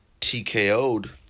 TKO'd